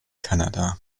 kanada